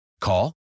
Call